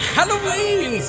Halloween